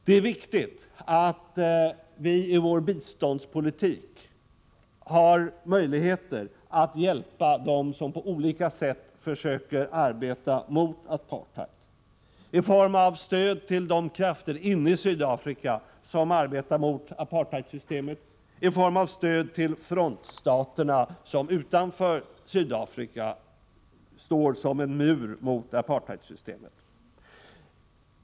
Det är viktigt att vi med vår biståndspolitik har möjligheter att hjälpa dem som på olika sätt försöker att arbeta mot apartheid. Det kan vi göra i form av stöd till de krafter inne i Sydafrika som arbetar mot apartheidsystemet och i form av stöd till frontstaterna, som utanför Sydafrika står som en mur mot apartheidsystemet.